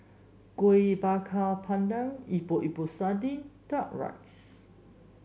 Kueh Bakar Pandan Epok Epok Sardin duck rice